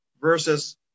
versus